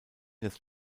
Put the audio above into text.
des